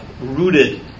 rooted